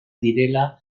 direla